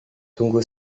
tunggu